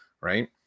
right